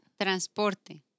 Transporte